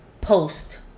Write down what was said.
post